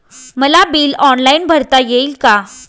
मला bill online भरता येईल का?